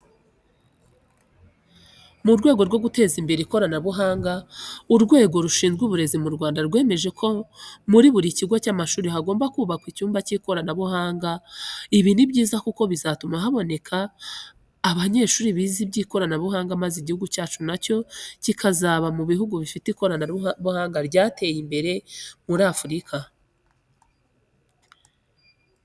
Mu rwego rwo guteza imbere ikoranabuhanga Urwego rushizwe Uburezi mu Rwanda rwemeje ko muri buri kigo cy'amashuri hagomba kubakwa icyumba k'ikoranabuhanga. Ibi ni byiza kuko bizatuma haboneka banyeshuri bize iby'ikoranabuhanga maze Igihugu cyacu na cyo kikaza mu buhugu bifite ikoranabuhanga ryateye imbere. muir Afurika.